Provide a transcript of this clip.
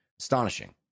astonishing